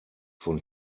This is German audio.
von